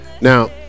now